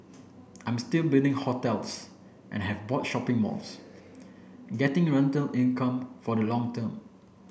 I'm still building hotels and have bought shopping malls getting rental income for the long term